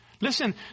listen